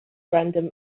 random